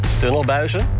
tunnelbuizen